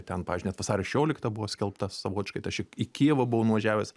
ten pavyzdžiui net vasario šešiolikta buvo skelbta savotiškai tai aš į kijevą buvau nuvažiavęs